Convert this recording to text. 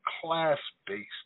class-based